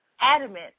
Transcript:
adamant